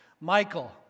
Michael